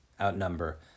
outnumber